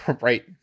Right